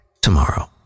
tomorrow